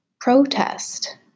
protest